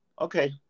Okay